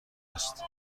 است